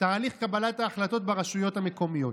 קבלת ההחלטות ברשויות המקומיות.